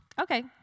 Okay